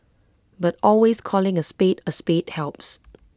but always calling A spade A spade helps